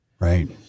Right